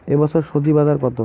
এ বছর স্বজি বাজার কত?